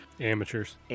Amateurs